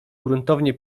gruntownie